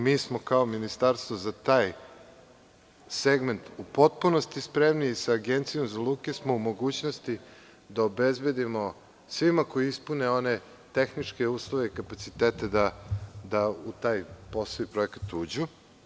Mi smo kao ministarstvo za taj segment u potpunosti spremni i sa Agencijom za luke smo u mogućnosti da obezbedimo svima koji ispune tehničke uslove i kapacitete, da u taj poslovni projekat uđu.